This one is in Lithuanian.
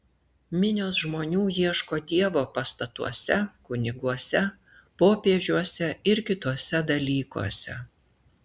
minios žmonių ieško dievo pastatuose kuniguose popiežiuose ir kituose dalykuose